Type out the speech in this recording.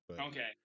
Okay